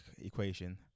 equation